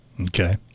Okay